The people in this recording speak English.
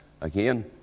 again